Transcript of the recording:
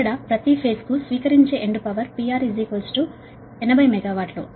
ఇక్కడ ప్రతి ఫేజ్ కు స్వీకరించే ఎండ్ పవర్ PR 80 మెగావాట్లు